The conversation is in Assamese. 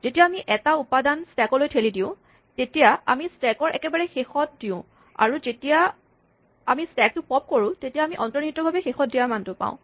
যেতিয়া আমি এটা উপাদান স্টেকলৈ থেলি দিওঁ তেতিয়া আমি স্টেকৰ একেবাৰে শেষত দিওঁ আৰু যেতিয়া আমি স্টেকটো পপ্ কৰোঁ তেতিয়া আমি অন্তঃনিহিতভাৱে শেষত দিয়া মানটো পাওঁ